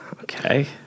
Okay